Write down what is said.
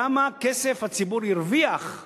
כמה כסף הרוויחו